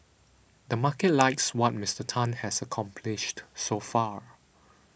the market likes what Mister Tan has accomplished so far